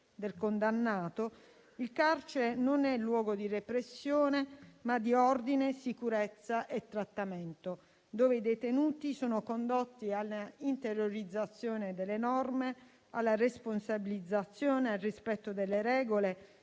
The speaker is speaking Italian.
del condannato, il carcere non è luogo di repressione ma di ordine, sicurezza e trattamento, dove i detenuti sono condotti all'interiorizzazione delle norme, alla responsabilizzazione e al rispetto delle regole,